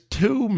two